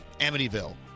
Amityville